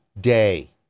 day